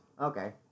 okay